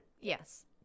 Yes